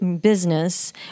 business